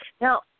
Now